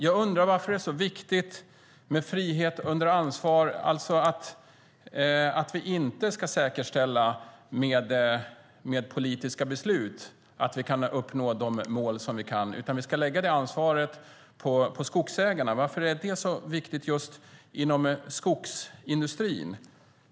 Jag undrar varför det är så viktigt med frihet under ansvar, alltså att vi inte ska säkerställa med politiska beslut att vi kan uppnå målen, utan vi ska lägga det ansvaret på skogsägarna. Varför är det så viktigt just inom skogsindustrin?